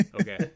Okay